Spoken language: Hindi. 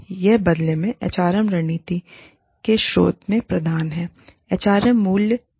और यह बदले में एचआरएम रणनीति के स्रोत में प्रदान है एचआर मूल के स्रोत में प्रदाय है